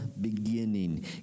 beginning